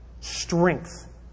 strength